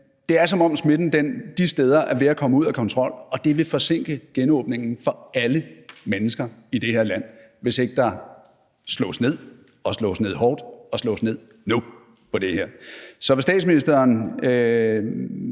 Det er, som om smitten de steder er ved at komme ud af kontrol, og det vil forsinke genåbningen for alle mennesker i det her land, hvis ikke der slås ned og slås ned hårdt og slås ned nu på det her. Vil statsministeren